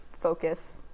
focus